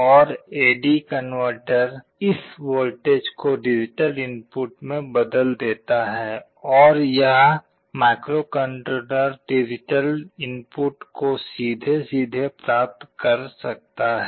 और A D converter AD converter इस voltage को डिजिटल इनपुट में बदल देता है और यह माइक्रोकंट्रोलर डिजिटल इनपुट को सीधे सीधे प्राप्त कर सकता है